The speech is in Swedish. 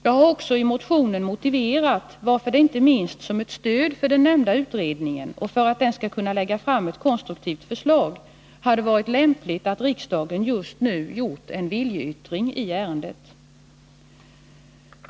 Jag har också i motionen motiverat varför det inte minst som ett stöd för den nämnda utredningen och för att den skall kunna lägga fram ett konstruktivt förslag hade varit lämpligt att riksdagen just nu visat en viljeyttring i ärendet.